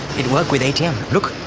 it works with atm. look.